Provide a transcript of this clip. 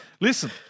Listen